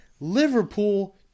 Liverpool